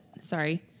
sorry